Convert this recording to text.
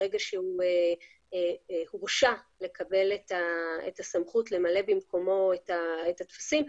ברגע שהוא הורשה לקבל את הסמכות למלא במקומו את הטפסים,